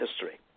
history